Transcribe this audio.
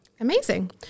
Amazing